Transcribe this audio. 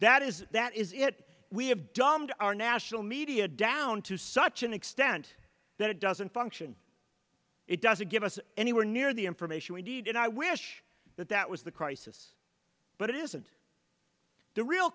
that is that is it we have dumbed our national media down to such an extent that it doesn't function it doesn't give us anywhere near the information we need and i wish that that was the crisis but it isn't the real